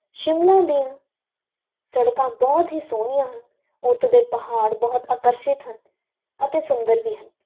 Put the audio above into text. ਸ਼ਿਮਲਾ ਦੀਆਂ ਸੜਕਾਂ ਬਹੁਤ ਹੀ ਸੋਹਣੀਆਂ ਹਨ ਉੱਥੋਂ ਦੇ ਪਹਾੜ ਬਹੁਤ ਆਕਰਸ਼ਿਤ ਹਨ ਅਤੇ ਸੁੰਦਰ ਵੀ ਹਨ